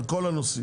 על כל הנושאים.